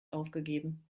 aufgegeben